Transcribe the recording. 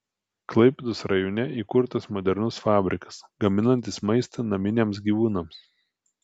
klaipėdos rajone įkurtas modernus fabrikas gaminantis maistą naminiams gyvūnams